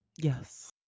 Yes